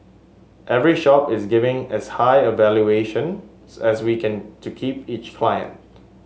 every shop is giving as high a valuation as we can to keep each client